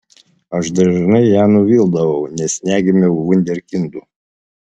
aš dažnai ją nuvildavau nes negimiau vunderkindu